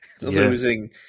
losing